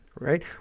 right